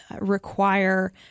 require